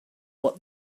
what